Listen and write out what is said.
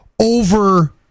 over